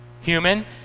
human